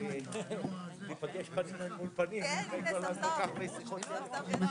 ננעלה בשעה 10:35.